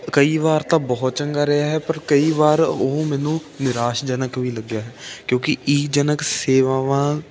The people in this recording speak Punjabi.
ਕਈ ਵਾਰ ਤਾਂ ਬਹੁਤ ਚੰਗਾ ਰਿਹਾ ਹੈ ਪਰ ਕਈ ਵਾਰ ਉਹ ਮੈਨੂੰ ਨਿਰਾਸ਼ਜਨਕ ਵੀ ਲੱਗਿਆ ਹੈ ਕਿਉਂਕਿ ਈ ਜਨਕ ਸੇਵਾਵਾਂ